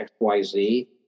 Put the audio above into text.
XYZ